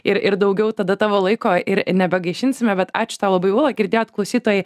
ir ir daugiau tada tavo laiko ir nebegaišinsime bet ačiū tau labai ūla girdėjot klausytojai